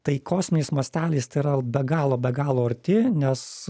tai kosminiais masteliais tai yra be galo be galo arti nes